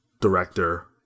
director